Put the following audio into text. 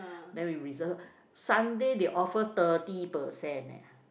then we reserve Sunday they offer thirty percent eh